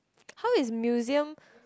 how is museum